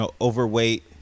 overweight